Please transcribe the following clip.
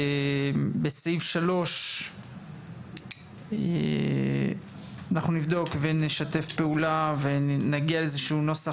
בסעיף 3 אנחנו נבדוק ונשתף פעולה ונגיע לאיזשהו נוסח